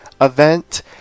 event